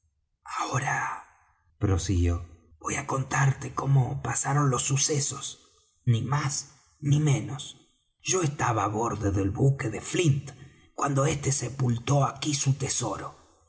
ahora prosiguió voy á contarte cómo pasaron los sucesos ni más ni menos yo estaba á bordo del buque de flint cuando éste sepultó aquí su tesoro